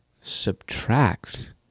Subtract